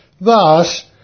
Thus